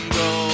go